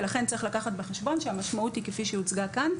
ולכן צריך לקחת בחשבון שהמשמעות היא כפי שהוצגה כאן,